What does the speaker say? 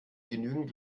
genügend